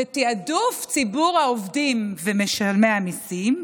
ותיעדוף ציבור העובדים ומשלמי המיסים,